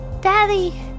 Daddy